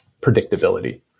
predictability